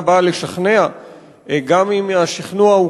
הפגנה באה לשכנע.